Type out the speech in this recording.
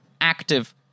active